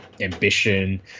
ambition